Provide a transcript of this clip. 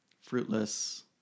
fruitless